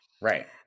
right